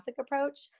approach